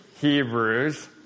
Hebrews